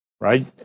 right